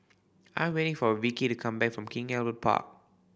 I'm waiting for Vikki to come back from King Albert Park